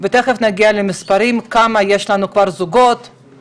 ותכף נגיע למספרים של כמה זוגות יש לנו.